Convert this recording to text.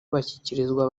bashyikirizwa